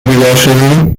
بیدار